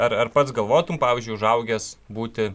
ar ar pats galvotum pavyzdžiui užaugęs būti